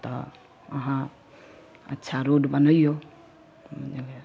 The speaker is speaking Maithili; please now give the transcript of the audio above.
तऽ अहाँ अच्छा रोड बनैयौ बुझलियै